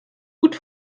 gut